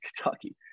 kentucky